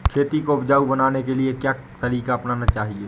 खेती को उपजाऊ बनाने के लिए क्या तरीका अपनाना चाहिए?